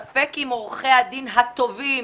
ספק אם עורכי הדין הטובים,